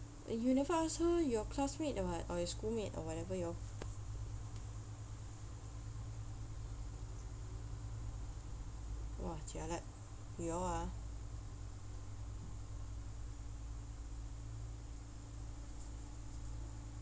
yunifah so your classmate or what or your schoolmate or whatever you all !wah! jialat you all ah